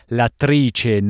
L'attrice